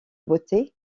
beauté